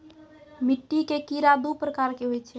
मिट्टी के कीड़ा दू प्रकार के होय छै